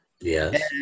Yes